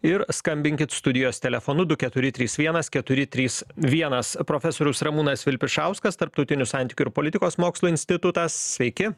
ir skambinkit studijos telefonu du keturi trys vienas keturi trys vienas profesorius ramūnas vilpišauskas tarptautinių santykių ir politikos mokslų institutas sveiki